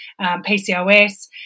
PCOS